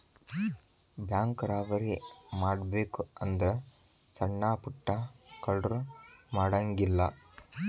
bank robbery ಮಾಡ್ಬೆಕು ಅಂದ್ರ ಸಣ್ಣಾ ಪುಟ್ಟಾ ಕಳ್ರು ಮಾಡಂಗಿಲ್ಲಾ